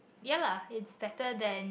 ya lah it's better than